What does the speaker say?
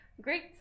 great